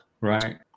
right